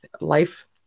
life